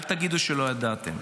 אל תגידו שלא ידעתם.